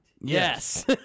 Yes